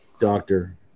Doctor